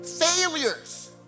failures